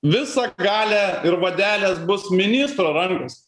visa galia ir vadelės bus ministro rankose